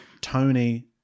Tony